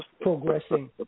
progressing